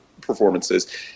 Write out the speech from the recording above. performances